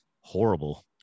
horrible